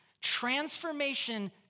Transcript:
transformation